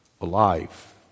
alive